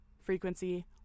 frequency